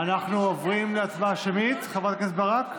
אנחנו עוברים להצבעה שמית, חברת הכנסת ברק?